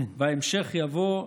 וההמשך יבוא.